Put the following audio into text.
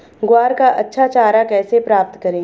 ग्वार का अच्छा चारा कैसे प्राप्त करें?